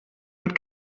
mit